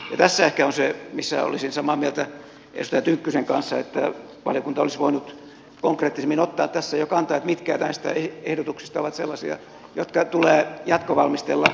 tässä ehkä on se mistä olisin samaa mieltä edustaja tynkkysen kanssa että valiokunta olisi voinut konkreettisemmin ottaa tässä jo kantaa siihen mitkä näistä ehdotuksista ovat sellaisia jotka tulee jatkovalmistella